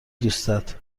دوستت